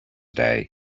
day